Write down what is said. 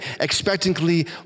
expectantly